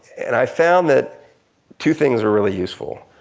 and i found that two things are really useful.